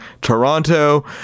Toronto